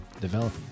Develop